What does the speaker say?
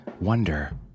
Wonder